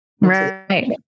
right